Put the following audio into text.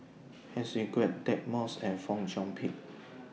Heng Swee Keat Deirdre Moss and Fong Chong Pik